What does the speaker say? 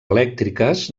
elèctriques